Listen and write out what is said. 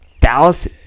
Dallas